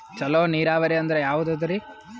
ಚಲೋ ನೀರಾವರಿ ಅಂದ್ರ ಯಾವದದರಿ?